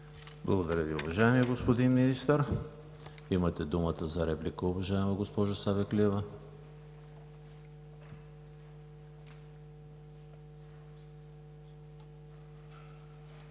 Благодаря Ви, уважаеми господин Министър. Имате думата за реплика, уважаема госпожо Савеклиева.